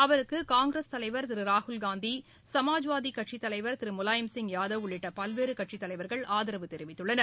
அவருக்கு காங்கிரஸ் தலைவர் திரு ராகுல்காந்தி சமாஜ்வாதி கட்சி தலைவர் திரு முலாயம்சிப் யாதவ் உள்ளிட்ட பல்வேறு கட்சித் தலைவா்கள் ஆதரவு தெரிவித்துள்ளனர்